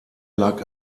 lag